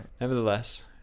nevertheless